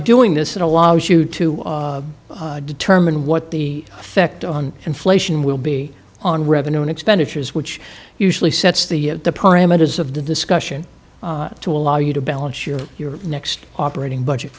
doing this it allows you to determine what the effect on inflation will be on revenue and expenditures which usually sets the parameters of the discussion to allow you to balance your your next operating budget